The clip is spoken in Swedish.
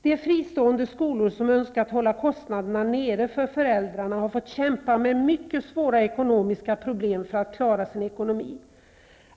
De fristående skolor som önskat hålla kostnaderna nere för föräldrarna har fått kämpa med mycket svåra ekonomiska problem för att klara sin ekonomi.